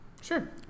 Sure